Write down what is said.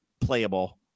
playable